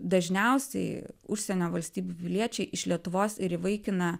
dažniausiai užsienio valstybių piliečiai iš lietuvos ir įvaikina